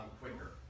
quicker